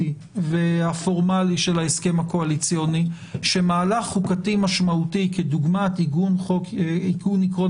הפורמלי שמהלך חוקתי משמעותי כדוגמת עיגון עקרון